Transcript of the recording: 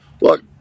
look